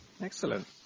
Excellent